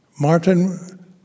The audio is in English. Martin